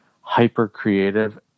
hyper-creative